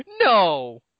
no